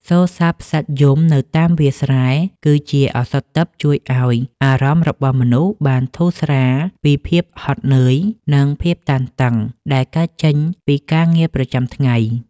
សូរសព្ទសត្វយំនៅតាមវាលស្រែ គឺជាឱសថទិព្វជួយឱ្យអារម្មណ៍របស់មនុស្សបានធូរស្រាលពីភាពហត់នឿយ និងភាពតានតឹងដែលកើតចេញពីការងារប្រចាំថ្ងៃ។